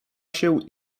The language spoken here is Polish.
się